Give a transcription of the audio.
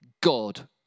God